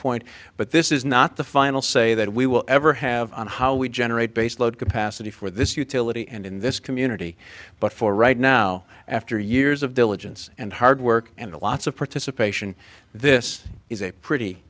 point but this is not the final say that we will ever have on how we generate baseload capacity for this utility and in this community but for right now after years of diligence and hard work and lots of participation this is a pretty